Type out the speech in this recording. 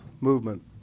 movement